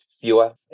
fewer